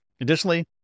Additionally